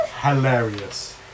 hilarious